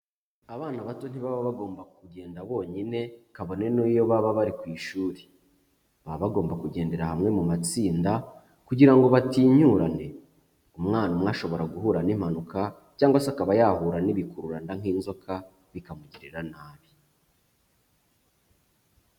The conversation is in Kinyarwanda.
Abana bato ntibaba bagomba kugenda bonyine kabone n'iyo baba bari ku ishuri, baba bagomba kugendera hamwe mu matsinda kugira ngo batinyurane, umwana umwe ashobora guhura n'impanuka, cyangwa se akaba yahura n'ibikururanda nk'inzoka bikamugirira nabi.